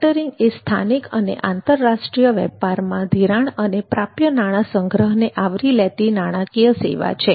factoring એ સ્થાનિક અને આંતરરાષ્ટ્રીય વેપારમાં ધિરાણ અને પ્રાપ્ય નાણાં સંગ્રહને આવરી લેતી નાણાકીય સેવા છે